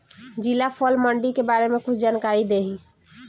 जिला फल मंडी के बारे में कुछ जानकारी देहीं?